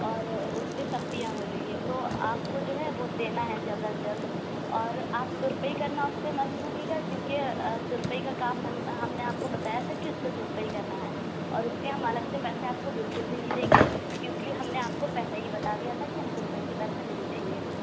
اور اُس پہ سختیاں ہو رہی ہیں تو آپ کو جو ہے وہ دینا ہے جلد از جلد اور آپ ترپائی کرنا اُس پہ مت بھولیے گا کیوں کہ ترپائی کا کام ہم ہم نے آپ کو بتایا تھا کہ اُس پہ ترپائی کرنا ہے اور اُس کے ہم الگ سے پیسے آپ کو بالکل بھی نہیں دیں گے کیوں کہ ہم نے آپ کو پہلے ہی بتا دیا تھا کہ ہم ترپائی کے پیسے نہیں دیں گے